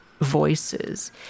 voices